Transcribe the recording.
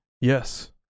Yes